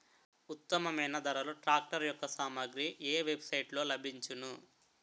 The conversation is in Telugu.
ఉత్తమమైన ధరలో ట్రాక్టర్ యెక్క సామాగ్రి ఏ వెబ్ సైట్ లో లభించును?